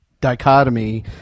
dichotomy